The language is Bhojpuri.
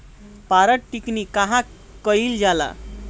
पारद टिक्णी कहवा कयील जाला?